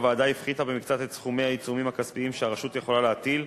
הוועדה הפחיתה במקצת את סכומי העיצומים הכספיים שהרשות יכולה להטיל.